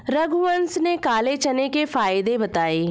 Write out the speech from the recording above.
रघुवंश ने काले चने के फ़ायदे बताएँ